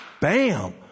bam